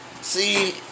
see